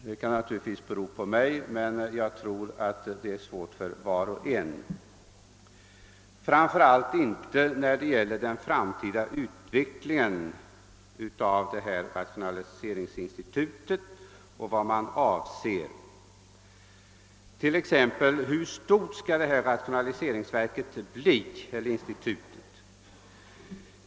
Det kan naturligtvis bero på mig, men jag tror att det är svårt för var och en av oss. Framför allt går det inte när det gäller den framtida utvecklingen av rationaliseringsinstitutet och vad man avser. Man kan t.ex. fråga sig hur stort rationaliseringsverket skall bli.